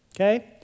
okay